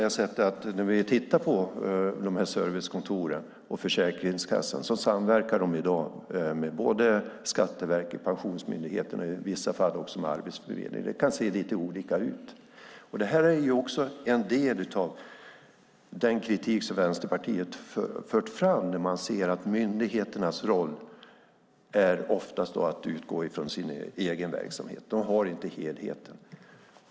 Tittar vi på servicekontoren och Försäkringskassan ser vi att de i dag samverkar med både Skatteverket och Pensionsmyndigheten och i vissa fall också med Arbetsförmedlingen. Det kan se lite olika ut. Detta är också en del av den kritik som Vänsterpartiet fört fram: Vi ser att myndigheternas roll oftast är att utgå ifrån sin egen verksamhet. De har inte helheten.